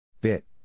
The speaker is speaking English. Bit